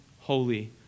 holy